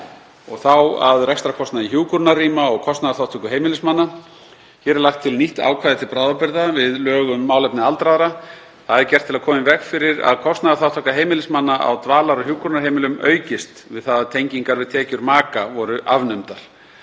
Þá að rekstrarkostnaði hjúkrunarrýma og kostnaðarþátttöku heimilismanna. Hér er lagt til nýtt ákvæði til bráðabirgða við lög um málefni aldraðra. Það er gert til að koma í veg fyrir að kostnaðarþátttaka heimilismanna á dvalar- og hjúkrunarheimilum aukist við það að tengingar við tekjur maka voru afnumdar.